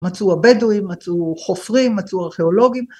מצאו הבדואים, מצאו חופרים, מצאו ארכיאולוגים.